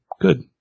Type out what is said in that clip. good